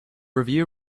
review